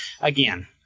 again